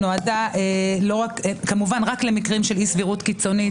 נועדה רק למקרים של אי-סבירות קיצונית,